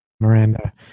Miranda